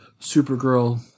Supergirl